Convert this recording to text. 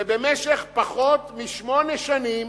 ובמשך פחות משמונה שנים